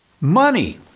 Money